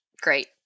great